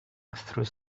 through